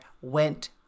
went